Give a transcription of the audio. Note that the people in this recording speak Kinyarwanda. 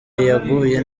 yaguye